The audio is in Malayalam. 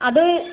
അത്